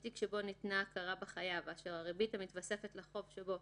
בתיק שבו ניתנה הכרה בחייב ואשר הריבית המתווספת לחוב שבו